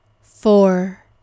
four